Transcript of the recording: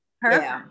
perfect